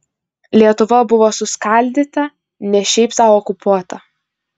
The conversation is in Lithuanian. lietuva buvo suskaldyta ne šiaip sau okupuota